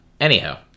Anyhow